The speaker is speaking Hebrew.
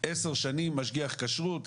10 שנים משגיח כשרות,